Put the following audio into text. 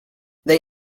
they